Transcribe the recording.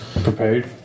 Prepared